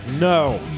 No